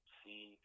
see